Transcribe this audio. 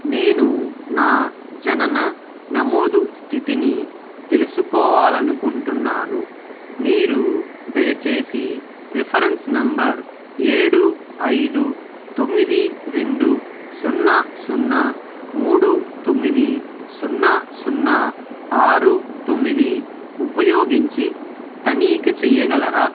నేను నా జనన నమోదు స్థితిని తెలుసుకోవాలి అనుకుంటున్నాను మీరు దయచేసి రిఫరెన్స్ నెంబర్ ఏడు ఐదు తొమ్మిది రెండు సున్నా సున్నా మూడు తొమ్మిది సున్నా సున్నా ఆరు తొమ్మిది ఉపయోగించి తనిఖీ చేయగలరా